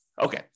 Okay